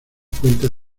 cuenta